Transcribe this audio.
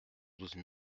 douze